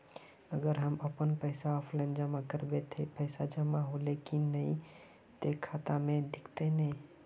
अगर हम अपन पैसा ऑफलाइन जमा करबे ते पैसा जमा होले की नय इ ते खाता में दिखते ने?